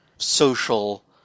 social